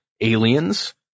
aliens